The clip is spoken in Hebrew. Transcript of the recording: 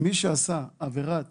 מי שעשה עבירת